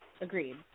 Agreed